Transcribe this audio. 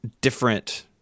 different